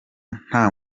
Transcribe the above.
nta